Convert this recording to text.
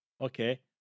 okay